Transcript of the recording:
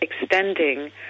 extending